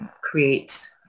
create